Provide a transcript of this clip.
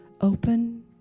open